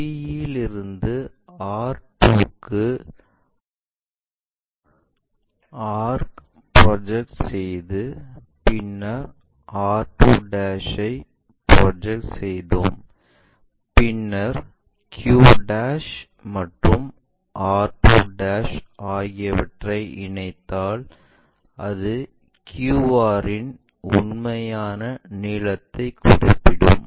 p இலிருந்து r2 க்கு ஆர்ஆர்க் ப்ரொஜெக்ட் செய்து பின்னர் r2 வை ப்ராஜெக்ட் செய்தோம் பின்னர் q மற்றும் r2 ஆகியவற்றை இணைத்தால் அது qr இன் உண்மையான நீலத்தை குறிப்பிடும்